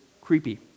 creepy